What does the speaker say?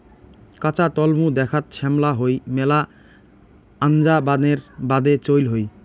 কাঁচা তলমু দ্যাখ্যাত শ্যামলা হই মেলা আনজা বানের বাদে চইল হই